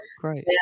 Great